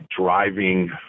driving